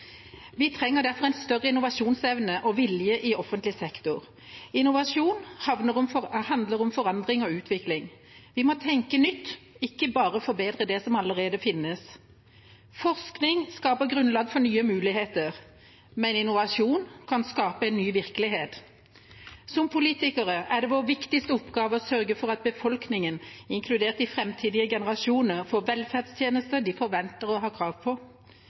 Vi trenger derfor en større innovasjonsevne og -vilje i offentlig sektor. Innovasjon handler om forandring og utvikling. Vi må tenke nytt, ikke bare forbedre det som allerede finnes. Forskning skaper grunnlag for nye muligheter, men innovasjon kan skape en ny virkelighet. Som politikere er det vår viktigste oppgave å sørge for at befolkningen, inkludert de framtidige generasjonene, får de velferdstjenestene de forventer og har krav på.